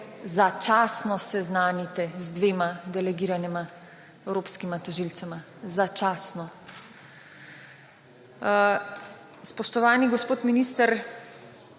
začasno seznanite z dvema delegiranima evropskima tožilcema. Začasno. Spoštovani gospod minister,